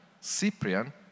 Cyprian